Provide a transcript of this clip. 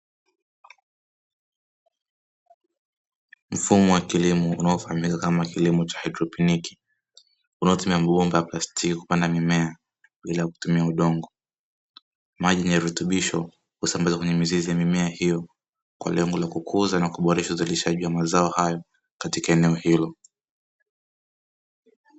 Mfumo wa kilimo unaofahamika kama kilimo cha haidroponiki, unaotumia mabomba ya plastiki kupanda mimea bila kutumia udongo. Maji yenye virutubisho husambazwa kwenye mizizi ya mimea hiyo, kwa lengo la kukuza na kuboresha uzalishaji wa mazao hayo katika eneo hilo.